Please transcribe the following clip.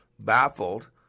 baffled